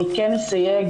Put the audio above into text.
אני כן אסייג,